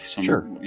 Sure